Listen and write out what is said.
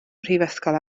mhrifysgol